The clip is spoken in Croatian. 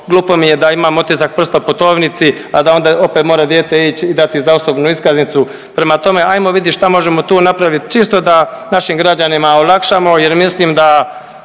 glupo mi je da imamo otisak prsta u putovnici, a da onda opet mora dijete ići i dati za osobnu iskaznicu. Prema tome, ajmo vidjet šta možemo tu napravit, čisto da našim građanima olakšamo jer mislim da